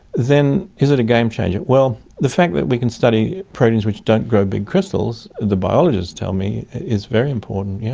then is it a game-changer? well, the fact that we can study proteins which don't grow big crystals the biologists tell me is very important, yes.